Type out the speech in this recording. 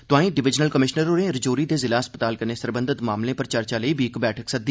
तोआईं divisional commissioner होरें रजौरी दे जिला अस्पताल कन्नै सरबंधत मामलें पर चर्चा लेई बी इक मीटिंग लाई